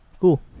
Cool